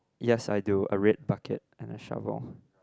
yes I do a red bucket and a shovel